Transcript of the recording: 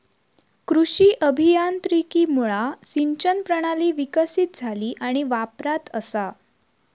कृषी अभियांत्रिकीमुळा सिंचन प्रणाली विकसीत झाली आणि वापरात असा